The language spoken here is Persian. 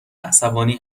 عصبانی